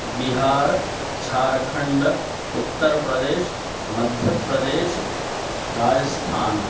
Bihar Jharkhand Uttar Pradesh Madhya Pradesh Rajasthan